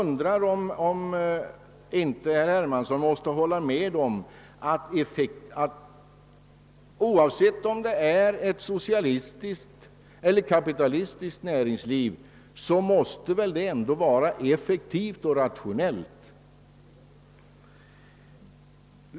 Herr Hermansson måste nog hålla med om att oavsett om näringslivet är socialistiskt eller kapitalistiskt måste det vara effektivt och rationellt.